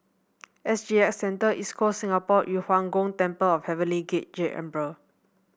S G X Centre East Coast Singapore Yu Huang Gong Temple Heavenly Jade Emperor